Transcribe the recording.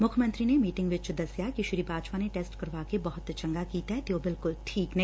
ਮੁੱਖ ਮੰਤਰੀ ਨੇ ਮੀਟਿੰਗ ਵਿਚ ਦਸਿਆ ਕਿ ਸ੍ਰੀ ਬਾਜਵਾ ਨੇ ਟੈਸਟ ਕਰਵਾ ਕੇ ਬਹੁਤ ਚੰਗਾ ਕੀਤਾ ਐ ਤੇ ਉਹ ਬਿਲਕੁੱਲ ਠੀਕ ਨੇ